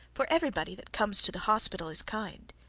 for everybody that comes to the hospital is kind.